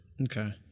okay